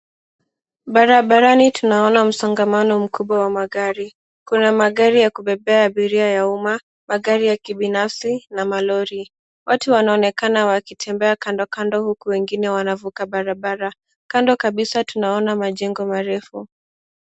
Barabarani tunaona msongamano mkubwa wa magari, kuna magari ya kubebea abiria ya umma, magari ya kibinafsi na malori. Watu wanaonekana wakitembea kando kando huku wengine wanavuka barabara. Kando kabisa tunaona majengo marefu.